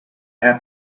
have